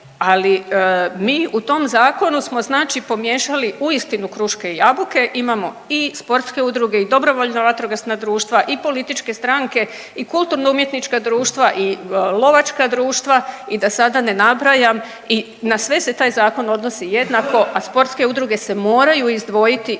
Ali mi u tom zakonu smo znači pomiješali uistinu kruške i jabuke. Imamo i sportske udruge i dobrovoljna vatrogasna društva i političke stranke i kulturno-umjetnička društva i lovačka društva i da sada ne nabrajam i na sve se taj zakon odnosi jednako, a sportske udruge se moraju izdvojiti i one